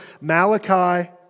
Malachi